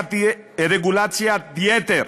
רגולציית יתר,